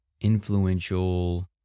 influential